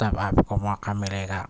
تب آپ کو موقع ملے گا